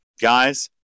guys